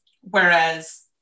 Whereas